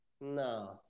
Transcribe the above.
No